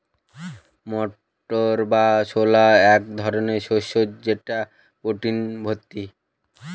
মটর বা ছোলা এক ধরনের শস্য যেটা প্রোটিনে ভর্তি